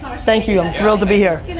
thank you, i'm thrilled to be here.